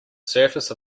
surface